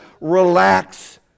relax